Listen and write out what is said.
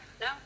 No